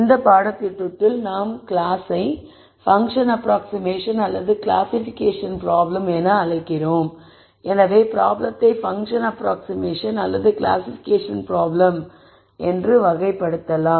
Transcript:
இந்த பாடத்திட்டத்தில் நாம் கிளாஸை பன்க்ஷன் அப்ராக்ஸ்ஷிமேஷன் அல்லது கிளாசிபிகேஷன் ப்ராப்ளம்ஸ் என்று அழைக்கிறோம் எனவே ப்ராப்ளத்தை பன்க்ஷன் அப்ராக்ஸ்ஷிமேஷன் அல்லது கிளாசிபிகேஷன் ப்ராப்ளம் என்று வகைப்படுத்தலாம்